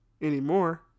anymore